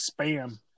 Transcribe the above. spam